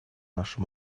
наша